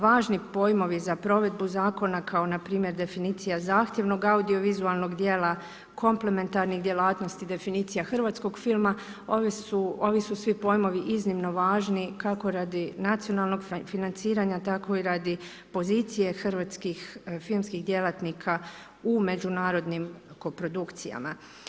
Važni pojmovi za provedbu zakona kao npr. definicija zahtjevnog audiovizualnog djela, komplementarnih djelatnosti, definicija hrvatskog filma ovi su svi pojmovi iznimno važni kako radi nacionalnog financiranja tako i radi pozicije hrvatskih filmskih djelatnika u međunarodnim koprodukcijama.